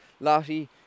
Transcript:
Lottie